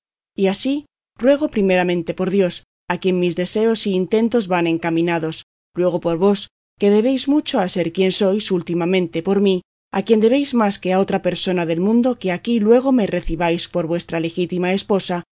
y así os ruego primeramente por dios a quien mis deseos y intentos van encaminados luego por vos que debéis mucho a ser quien sois últimamente por mí a quien debéis más que a otra persona del mundo que aquí luego me recibáis por vuestra legítima esposa